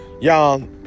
Y'all